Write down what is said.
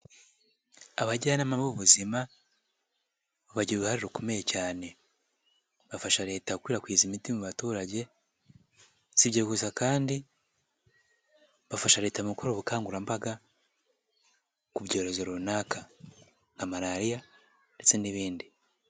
Abajyanama b'ubuzima bagira uruhare rukomeye cyane, bafasha leta gukwirakwiza imiti mu baturage sibyo gusa kandi bafasha leta mu gukora ubukangurambaga, ku byorezo runaka nka malaria ndetse n'ibindi.